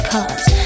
Cause